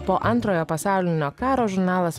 po antrojo pasaulinio karo žurnalas